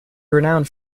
renowned